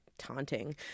taunting